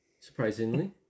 Surprisingly